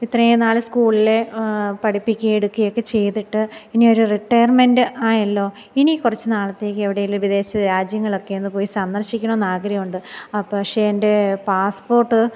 ഇത്രയും നാൾ സ്കൂളിലെ പഠിപ്പിക്കുകയും എടുക്കുകയൊക്കെ ചെയ്തിട്ട് ഇനി ഒരു റിട്ടയർമെൻറ് ആയല്ലോ ഇനി കുറച്ച് നാളത്തേക്ക് എവിടെയെങ്കിലും വിദേശ രാജ്യങ്ങളൊക്കെ ഒന്ന് പോയി സന്ദർശിക്കണമെന്ന് ആഗ്രഹമുണ്ട് പക്ഷേ എൻ്റെ പാസ്പോർട്ട്